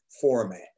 format